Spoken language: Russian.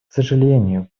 сожалению